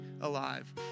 alive